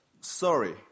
sorry